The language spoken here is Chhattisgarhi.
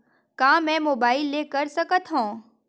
का मै मोबाइल ले कर सकत हव?